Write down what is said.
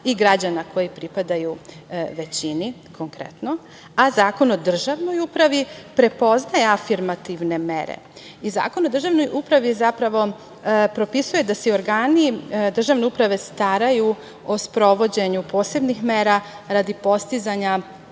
i građana koji pripadaju većini, konkretno, a Zakon o državnoj upravi prepoznaje afirmativne mere. Zakon o državnoj upravi zapravo propisuje da se ograni državne uprave staraju o sprovođenju posebnih mera radi postizanja